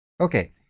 Okay